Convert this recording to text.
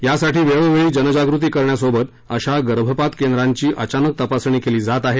यासाठी वेळोवेळी जनजागृती करण्यासोबत अशा गर्भपात केंद्राची अचानक तपासणी केली जात आहे